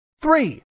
Three